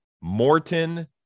Morton